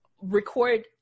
record